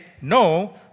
no